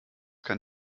kann